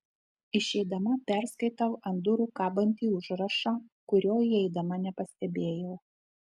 išeidama perskaitau ant durų kabantį užrašą kurio įeidama nepastebėjau